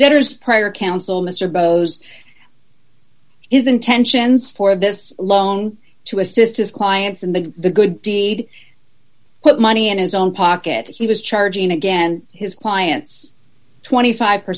debtor's prior counsel mr bose is intentions for this loan to assist his clients in the the good deed put money in his own pocket he was charging again his clients twenty five per